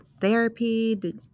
therapy